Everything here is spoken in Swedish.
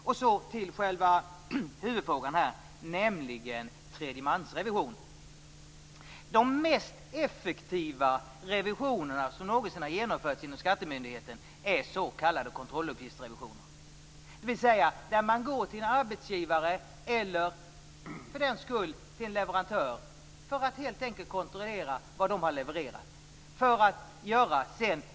Så går jag över till själva huvudfrågan, nämligen tredjemansrevision. De mest effektiva revisioner som någonsin har genomförts inom skattemyndigheten är s.k. kontrolluppgiftsrevisioner. Man går till en arbetsgivare eller till en leverantör för att helt enkelt kontrollera vad de har levererat.